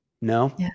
No